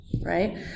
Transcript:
Right